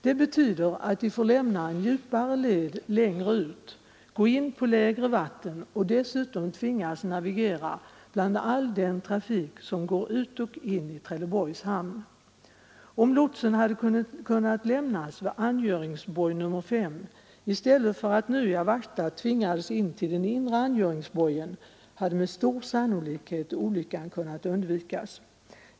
Det betyder att de får lämna en djupare led längre ut, ge sig in på grundare vatten och dessutom tvingas navigera bland all den trafik som går ut och in i Trelleborgs hamn. Om lotsen hade kunnat lämnas vid angöringsboj nr 5 i stället för att Jawachta nu tvingades in till den inre angöringsbojen, hade med stor sannolikhet olyckan kunnat undvikas.